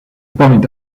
point